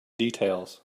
details